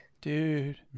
Dude